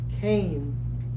came